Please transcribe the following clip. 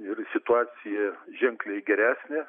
ir situacija ženkliai geresnė